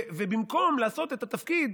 ובמקום לעשות את התפקיד